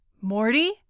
Morty